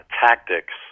tactics